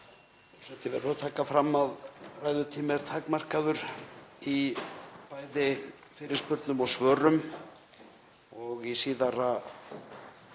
verður að taka fram að ræðutími er takmarkaður í bæði fyrirspurnum og svörum og í síðara